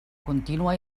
contínua